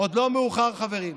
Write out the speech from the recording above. עוד לא מאוחר, חברים.